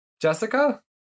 Jessica